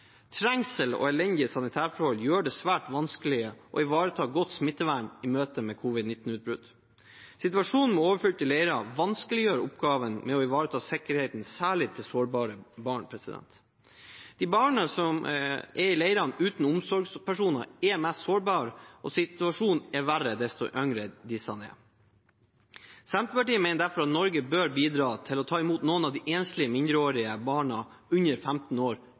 Trengsel og elendige sanitærforhold gjør det svært vanskelig å ivareta godt smittevern i møte med et covid-19-utbrudd. Situasjonen med overfylte leirer vanskeliggjør oppgaven med å ivareta sikkerheten, særlig til sårbare barn. De barna som er i leirene uten omsorgspersoner, er mest sårbare, og situasjonen er verre desto yngre de er. Senterpartiet mener derfor at Norge bør bidra til å ta imot noen av de enslige mindreårige barna under 15 år